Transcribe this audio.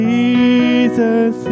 Jesus